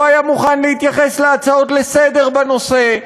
לא היה מוכן להתייחס להצעות לסדר-היום בנושא,